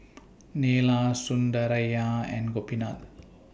Neila Sundaraiah and Gopinath